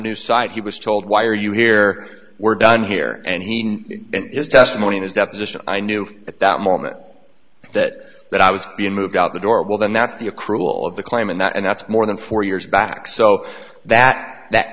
new site he was told why are you here we're done here and he is testimony in his deposition i knew at that moment that that i was being moved out the door well then that's the accrual of the claim and that and that's more than four years back so that that